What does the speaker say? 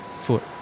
foot